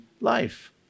life